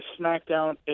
SmackDown